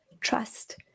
Trust